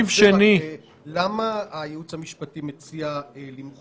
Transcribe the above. כדאי לדעת שכמות החולים הקשים בחודש יוני